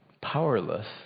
powerless